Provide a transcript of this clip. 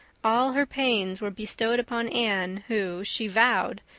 all her pains were bestowed upon anne, who, she vowed,